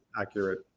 accurate